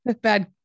bad